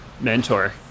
mentor